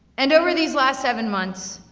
and over these last seven months,